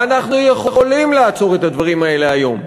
ואנחנו יכולים לעצור את הדברים האלה היום.